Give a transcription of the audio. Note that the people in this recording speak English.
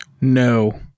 No